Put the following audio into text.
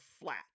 flat